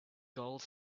gold